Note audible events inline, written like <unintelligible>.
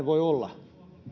<unintelligible> voi olla